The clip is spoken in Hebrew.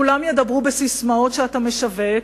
כולם ידברו בססמאות שאתה משווק,